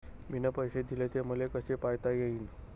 मिन पैसे देले, ते मले कसे पायता येईन?